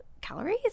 calories